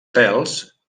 pèls